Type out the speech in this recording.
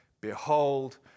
Behold